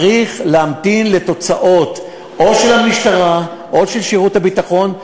צריך להמתין לתוצאות או של המשטרה או של שירות הביטחון.